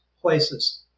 places